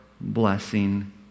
blessing